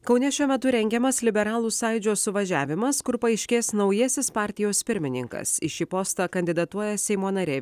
kaune šiuo metu rengiamas liberalų sąjūdžio suvažiavimas kur paaiškės naujasis partijos pirmininkas į šį postą kandidatuoja seimo narė